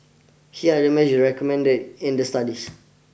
here are the measures recommended in the studies